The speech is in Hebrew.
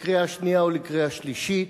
לקריאה שנייה ולקריאה שלישית.